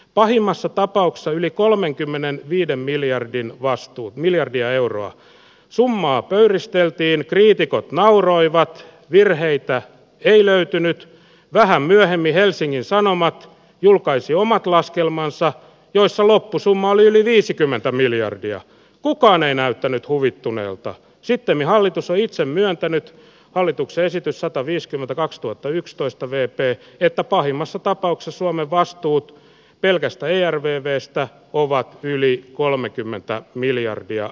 pahimmassa tapauksessa yli kolmenkymmenen viiden miljardin vastuut miljardia euroa summaa pöyristeltiin kriitikot nauroivat virheitä ei löytynyt vähän myöhemmin helsingin sanomat julkaisi omat laskelmansa joissa loppusumma oli yli viisikymmentä miljardia kukaan ei näyttänyt huvittuneelta sittemmin hallitus on itse myöntänyt hallituksen esitys sataviisikymmentäkaksituhattayksitoista veepee että pahimmassa tapauksessa me vastuut pelkästään järveen veistää kuvaa yli esittämistä varten